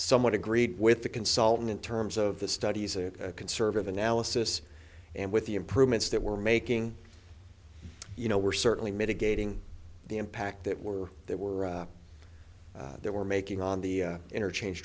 somewhat agreed with the consultant in terms of the studies a conservative analysis and with the improvements that we're making you know we're certainly mitigating the impact that were there were there were making on the interchange